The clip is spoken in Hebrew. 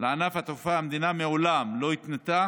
לענף התעופה המדינה מעולם לא התנתה